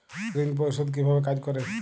ঋণ পরিশোধ কিভাবে কাজ করে?